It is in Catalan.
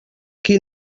qui